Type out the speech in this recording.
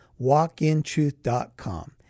walkintruth.com